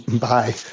Bye